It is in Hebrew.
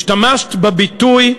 השתמשת בביטוי,